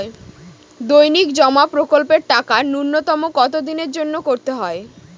দৈনিক জমা প্রকল্পের টাকা নূন্যতম কত দিনের জন্য করতে হয়?